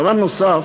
דבר נוסף,